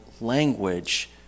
language